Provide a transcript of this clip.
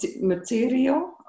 material